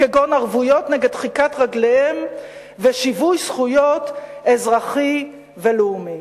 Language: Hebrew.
כגון ערבויות נגד דחיקת רגליהם ושיווי זכויות אזרחי ולאומי.